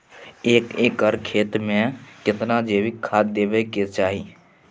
एक एकर खेत मे केतना जैविक खाद देबै के चाही?